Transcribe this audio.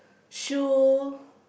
shoe